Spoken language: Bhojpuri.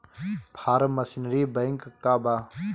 फार्म मशीनरी बैंक का बा?